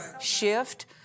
Shift